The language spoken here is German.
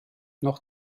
noch